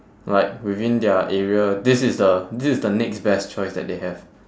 like within their area this is the this is the next best choice that they have